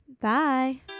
Bye